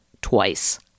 twice